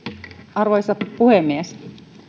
arvoisa puhemies